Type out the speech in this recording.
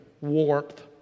warmth